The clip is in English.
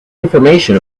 information